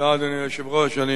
אדוני היושב-ראש, תודה, אני